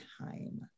time